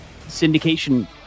syndication